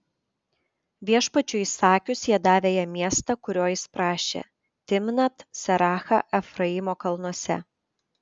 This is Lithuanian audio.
viešpačiui įsakius jie davė jam miestą kurio jis prašė timnat serachą efraimo kalnuose